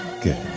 Good